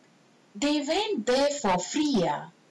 ya eh they they they went there for free ah